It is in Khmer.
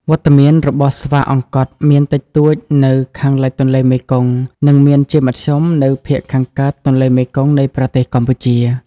វត្តមានរបស់ស្វាអង្កត់មានតិចតួចនៅខាងលិចទន្លេមេគង្គ និងមានជាមធ្យមនៅភាគខាងកើតទន្លេមេគង្គនៃប្រទេសកម្ពុជា។